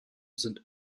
sind